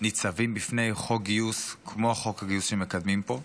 ניצבים בפני חוק גיוס כמו חוק הגיוס שמקדמים פה.